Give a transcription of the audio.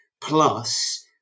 plus